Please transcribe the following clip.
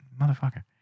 Motherfucker